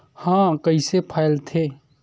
ह कइसे फैलथे?